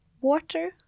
Water